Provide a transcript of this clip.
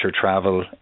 travel